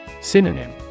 Synonym